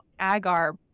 agar